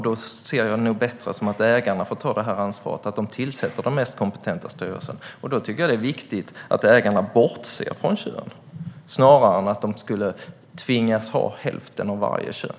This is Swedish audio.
Då är det bättre att ägarna får ta ansvaret att tillsätta den mest kompetenta styrelsen. Då är det viktigt att ägarna bortser från kön snarare än att de ska tvingas ha hälften av varje kön.